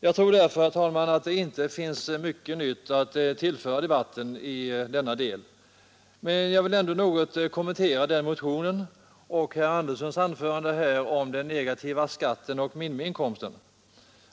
Jag tror därför, herr talman, att det inte finns mycket nytt att tillföra debatten i denna del, men jag vill ändå något kommentera motionen och herr Anderssons i Nybro anförande här om den negativa skatten och minimiinkomsten.